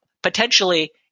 potentially